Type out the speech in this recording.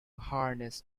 harness